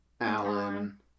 Alan